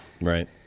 Right